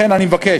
לכן אני מבקש,